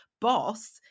boss